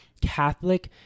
Catholic